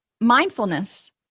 Mindfulness